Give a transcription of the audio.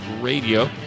Radio